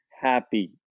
happy